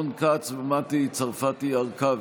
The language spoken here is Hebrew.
רון כץ ומטי צרפתי הרכבי.